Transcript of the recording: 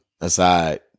aside